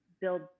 build